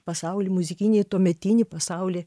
pasaulį muzikinį tuometinį pasaulį